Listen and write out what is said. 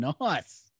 nice